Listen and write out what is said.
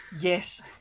Yes